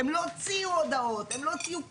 הם לא הוציאו הודעות הם לא הוציאו כלום.